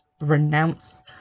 renounce